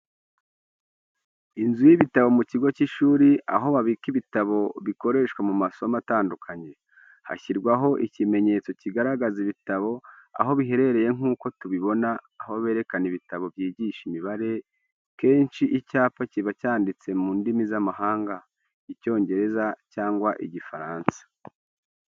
Inzu y'ibitabo mu kigo cy'ishuri aho babika ibitabo bikoreshwa mu masomo atandukanye. Hashyirwaho ikimenyetso kigaragaza ibitabo aho biherereye nkuko tubibona aho berekana ibitabo byigisha imibare, kenshi icyapa kiba cyanditse mu ndimi z'amahanga Icyongereza cyangwa Igifaransa.